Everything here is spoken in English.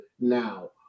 now